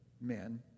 men